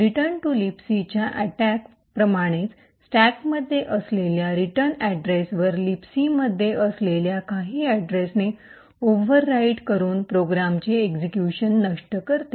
return to लिबसीच्या attack प्रमाणेच स्टॅकमध्ये असलेल्या रिटर्न अड्रेसवर लिबसी मध्ये असलेल्या काही अड्रेसने ओव्हर राईट करून प्रोग्रामचे एक्सिक्यूशन नष्ट करते